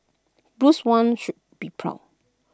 Bruce Wayne would be proud